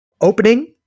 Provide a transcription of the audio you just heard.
Opening